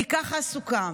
כי כך סוכם.